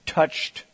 touched